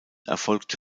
erfolgte